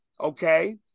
Okay